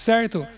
Certo